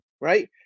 right